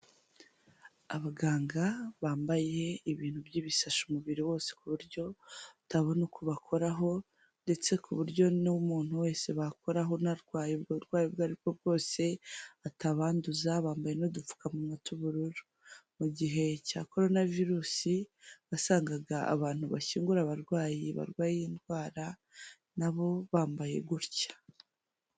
Abaganga bambaye ibintu by'ibisashi umubiri wose ku buryo utabona uko bakoraho ndetse ku buryo n'umuntu wese bakoraho unarwaye uburwayi ubwo aribwo bwose atabanduza, bambaye n'dupfukamunwa tw'ubururu, mu gihe cya korona virusi wasangaga abantu bashyingura abarwayi barwaye iyi ndwara nabo bambaye gutya.